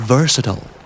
Versatile